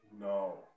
No